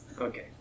Okay